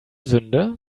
sünde